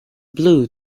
blue